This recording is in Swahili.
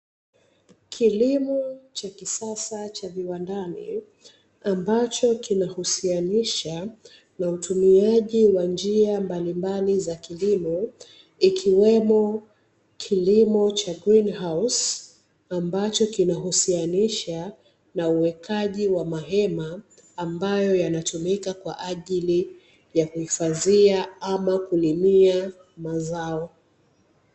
Kilimo cha kisasa cha kiwandani, ambacho kinahusianisha na utumiaji wa njia mbalimbali za kilimo, ikiwemo kilimo cha "green house", ambacho kinahusianisha na uwekaji wa mahema ambayo yanatumika kwaajili ya kuhifadhia ama kulimia mazao.